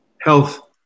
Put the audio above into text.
health